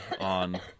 on